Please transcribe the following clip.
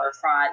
fraud